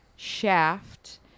Shaft